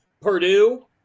Purdue